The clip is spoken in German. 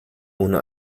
ohne